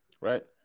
right